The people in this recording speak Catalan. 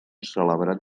celebrat